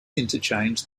interchange